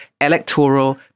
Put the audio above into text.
electoral